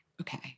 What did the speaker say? Okay